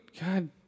God